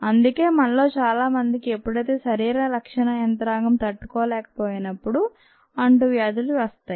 అందుకే మనలో చాలా మందికి ఎప్పుడైతే శరీర రక్షణ యంత్రాంగం తట్టుకోలేకపోయినప్పుడు అంటు వ్యాధులు వస్తాయి